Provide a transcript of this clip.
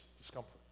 discomfort